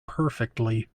perfectly